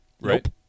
right